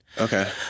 Okay